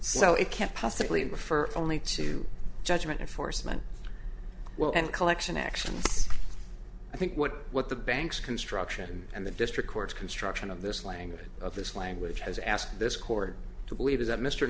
so it can't possibly refer only to judgment enforcement well and collection actions i think what what the banks construction and the district courts construction of this language of this language has asked this court to believe that